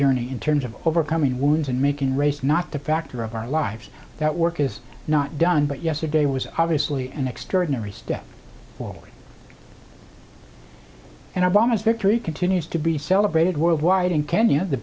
journey in terms of overcoming wounds and making race not the factor of our lives that work is not done but yesterday was obviously an extraordinary step forward and obama's victory continues to be celebrated worldwide in kenya the